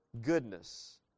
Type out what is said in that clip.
goodness